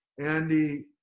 Andy